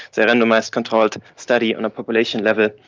the randomised controlled study, on a population level,